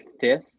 fifth